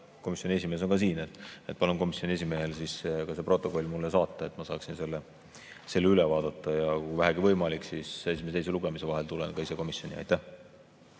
Komisjoni esimees on ka siin, palun komisjoni esimehel see protokoll mulle saata, et ma saaksin selle üle vaadata. Kui vähegi võimalik, siis esimese ja teise lugemise vahel tulen ka ise komisjoni. Jaa,